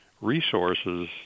resources